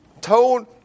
told